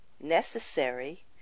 necessary